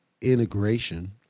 integration